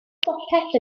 bopeth